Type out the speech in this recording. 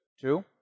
Two